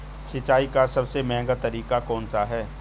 सिंचाई का सबसे महंगा तरीका कौन सा है?